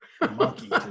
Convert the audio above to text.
monkey